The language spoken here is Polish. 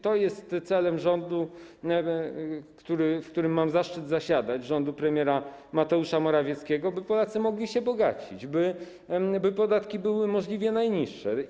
To jest celem rządu, w którym mam zaszczyt zasiadać, rządu premiera Mateusza Morawieckiego, by Polacy mogli się bogacić, by podatki były możliwie najniższe.